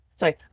Sorry